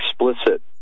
explicit